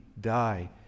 die